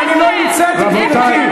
אני לא המצאתי, גברתי.